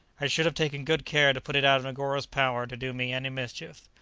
i should have taken good care to put it out of negoro's power to do me any mischief,